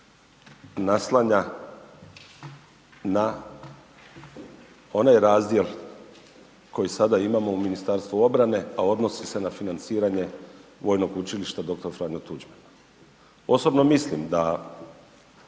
naslanja na onaj razdjel koji sada imamo u Ministarstvu obrane, a odnosi se na financiranje Vojnog učilišta „Dr. Franjo Tuđman“. Osobno mislim da